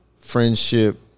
friendship